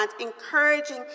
encouraging